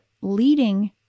leading